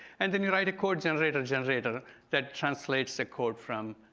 and then you write a code generator generator that translates the code from